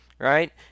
Right